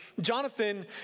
Jonathan